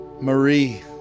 Marie